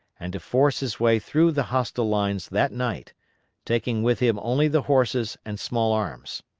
and to force his way through the hostile lines that night taking with him only the horses and small arms.